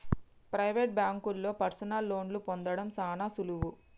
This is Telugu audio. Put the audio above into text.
ప్రైవేట్ బాంకుల్లో పర్సనల్ లోన్లు పొందడం సాన సులువు